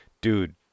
Dude